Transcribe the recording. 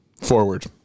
Forward